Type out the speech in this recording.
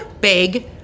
big